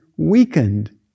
Weakened